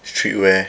street wear